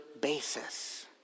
basis